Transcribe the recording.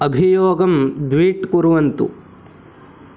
अभियोगं द्वीट् कुर्वन्तु